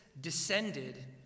descended